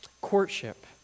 courtship